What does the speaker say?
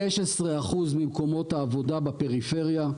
15% ממקומות העבודה בפריפריה.